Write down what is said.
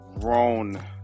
grown